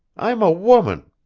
i'm a woman.